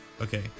Okay